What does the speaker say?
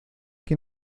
que